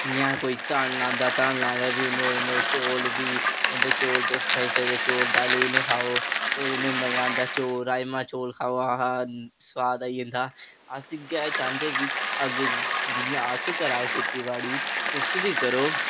जि'यां कोई धन औंदा भी नुआढ़े नै चौल बी होंदे चौल तुस खाई सकदे चौल दाली कन्नै खाओ मजा औंदा राजमांह् चौल खाओ आहा सुआद आई जंदा अस इ'यै चांह्दे कि अग्गें जि'यां अस करै दे खेती बाड़ी तुस बी करो